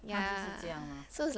就是这样 lor